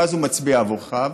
ואז הוא מצביע עבורך,